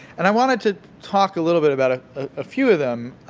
and i wanted to talk a little bit about ah a few of them